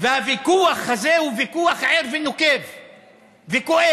והוויכוח הזה הוא ויכוח ער, נוקב וכואב.